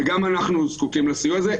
וגם אנחנו זקוקים לסיוע הזה.